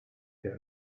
der